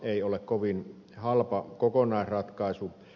ei se ole kovin halpa kokonaisratkaisu